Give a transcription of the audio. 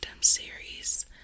series